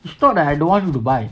it's not that I don't want you to buy